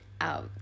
out